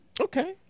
Okay